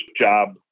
job